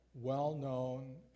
well-known